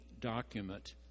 document